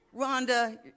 Rhonda